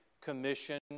Commission